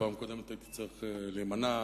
בפעם הקודמת הייתי צריך להימנע,